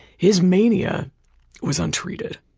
his mania was untreated.